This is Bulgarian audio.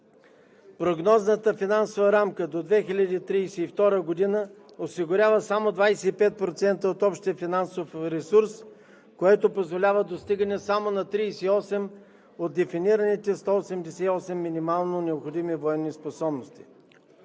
Прогнозната финансова рамка до 2032 г. осигурява само 25% от общия финансов ресурс, което позволява достигане само на 38 от дефинираните 188 минимално необходими военни способности.